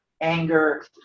anger